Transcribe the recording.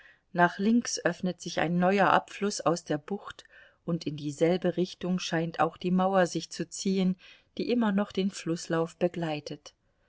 nach links öffnet sich ein neuer abfluß aus der bucht und in dieselbe richtung scheint auch die mauer sich zu ziehen die immer noch den flußlauf begleitet